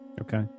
okay